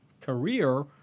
career